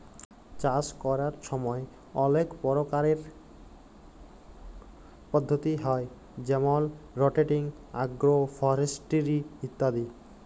চাষ ক্যরার ছময় অলেক পরকারের পদ্ধতি হ্যয় যেমল রটেটিং, আগ্রো ফরেস্টিরি ইত্যাদি